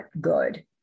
good